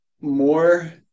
more